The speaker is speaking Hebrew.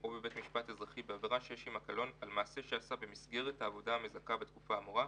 על מעשה שעשה במסגרת העבודה המזכה בתקופה האמורה,